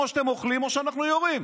או שאתם אוכלים או שאנחנו יורים.